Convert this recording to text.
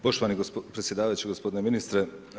Poštovani predsjedavajući, gospodine ministre.